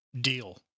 deal